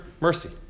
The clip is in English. mercy